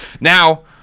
Now